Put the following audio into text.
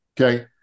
okay